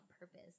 purpose